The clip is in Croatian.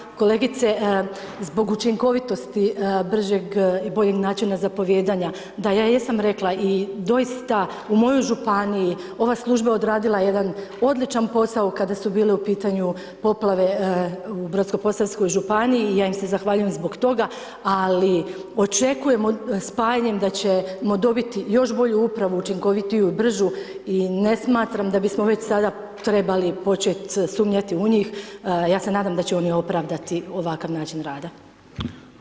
Uvažena kolegice, zbog učinkovitosti bržeg i boljeg način zapovijedanja, da, ja jesam rekla i doista u mojoj županiji ova služba je odradila jedan odličan posao kada su bile u pitanju poplave u Brodsko-posavskoj županiji, ja im se zahvaljujem zbog toga ali očekujemo spajanjem da ćemo dobiti još bolju upravu, učinkovitiju, bržu i ne smatram da bismo već sada trebali početi sumnjati u njih, ja se nadam da će oni opravdati ovakav način rada.